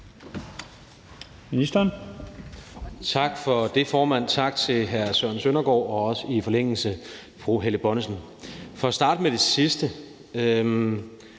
Tak for det, formand, tak til hr. Søren Søndergaard, og også i forlængelse fru Helle Bonnesen. For at starte med det sidste